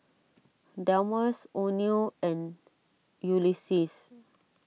Delmus oneal and Ulises